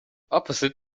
opposite